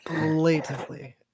Blatantly